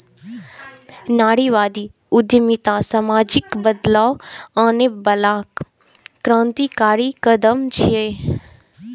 नारीवादी उद्यमिता सामाजिक बदलाव आनै बला क्रांतिकारी कदम छियै